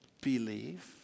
believe